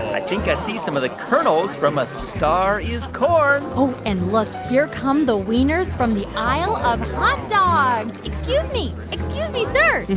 i think i see some of the kernels from a star is corn. oh, and look here come the wieners from the isle of hot dogs. excuse me. excuse me, sir.